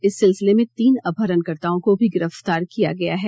इस सिलसिले में तीन अपहरणकर्ताओं को भी गिरफतार किया गया है